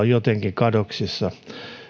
jotenkin kadoksissa